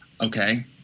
Okay